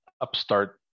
upstart